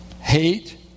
hate